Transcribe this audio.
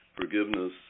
forgiveness